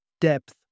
depth